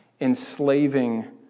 enslaving